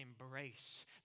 embrace